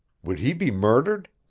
would he be murdered?